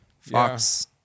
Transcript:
fox